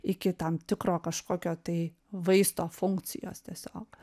iki tam tikro kažkokio tai vaisto funkcijos tiesiog